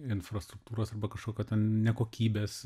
infrastruktūros arba kažkokio ten ne kokybės